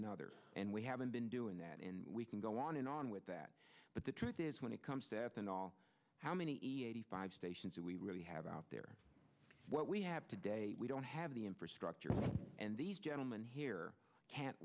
another and we haven't been doing that and we can go on and on with that but the truth is when it comes to ethanol how many eighty five stations do we really have out there what we have today we don't have the infrastructure and these gentlemen here can't